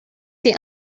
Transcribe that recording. see